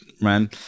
man